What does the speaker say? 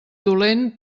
dolent